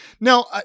now